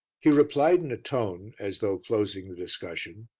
he replied in a tone, as though closing the discussion,